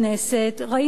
ראינו גם מפלגה,